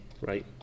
Right